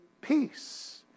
peace